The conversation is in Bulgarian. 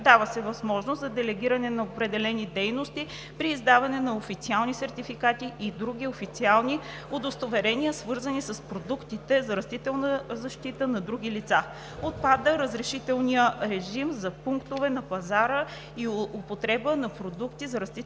Дава се възможност за делегиране на определени дейности при издаване на официални сертификати и други официални удостоверения, свързани с продуктите за растителна защита на други лица. Отпада разрешителният режим за пускане на пазара и употреба на продукти за растителна защита